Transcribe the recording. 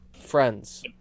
Friends